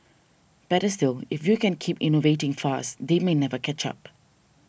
better still if you can keep innovating fast they may never catch up